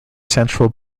central